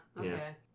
Okay